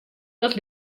dat